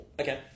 Okay